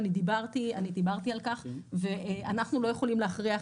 אני דיברתי על כך ואנחנו לא יכולים להכריח